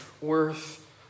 worth